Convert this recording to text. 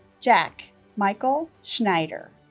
jack michael schneider